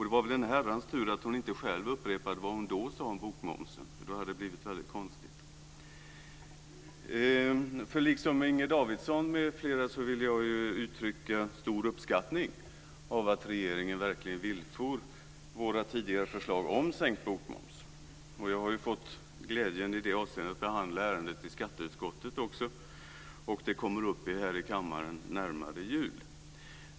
Det var väl en herrans tur att hon inte upprepade vad hon då sade om bokmomsen, för då hade det blivit väldigt konstigt. Liksom Inger Davidson m.fl. vill jag uttrycka stor uppskattning över att regeringen verkligen villfor våra tidigare förslag om sänkt bokmoms. Jag har fått glädjen att behandla ärendet också i skatteutskottet, och det kommer upp här i kammaren närmare jul.